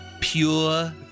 Pure